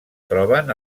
troben